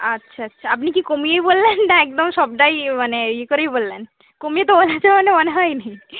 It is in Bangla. আচ্ছা আচ্ছা আপনি কি কমিয়ে বললেন না একদম সবটাই মানে ইয়ে করেই বললেন কমিয়ে তো বলেছেন বলে মনে হয় না